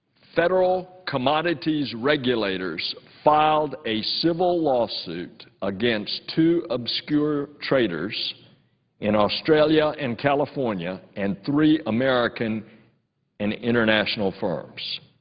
federal commodities regulators filed a civil lawsuit against two obscure traders in australia and california and three american and international firms